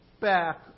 Back